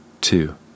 two